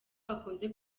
hakunze